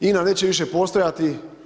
INA neće više postojati.